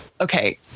okay